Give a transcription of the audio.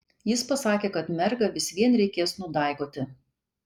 jis pasakė kad mergą vis vien reikės nudaigoti